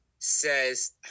Says